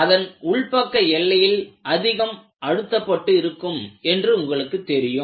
அதன் உள் பக்க எல்லை அதிகம் அழுத்தப்பட்டு இருக்கும் என்று உங்களுக்கு தெரியும்